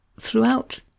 Throughout